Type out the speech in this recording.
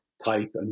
Type